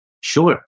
Sure